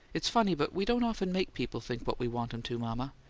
it's funny but we don't often make people think what we want em to, mama.